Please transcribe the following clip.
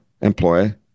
employer